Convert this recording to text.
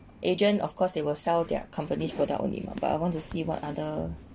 agent of course they will sell their company's product only mah but I want to see what other